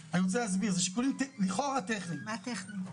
זה אומר רמת בקרה ברמה הגבוהה ביות רואני חושב שאנחנו